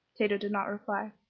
tato did not reply.